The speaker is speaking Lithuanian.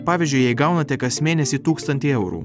pavyzdžiui jei gaunate kas mėnesį tūkstantį eurų